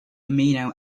amino